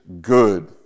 good